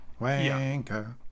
wanker